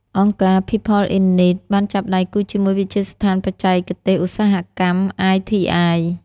អង្គការ People In Need (PIN) បានចាប់ដៃគូជាមួយវិទ្យាស្ថានបច្ចេកទេសឧស្សាហកម្ម (ITI)។